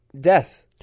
death